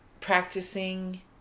practicing